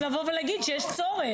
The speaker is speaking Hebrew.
אנשי המקצוע צריכים לבוא ולהגיד שיש צורך.